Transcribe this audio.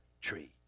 tree